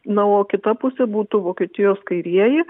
na o kita pusė būtų vokietijos kairieji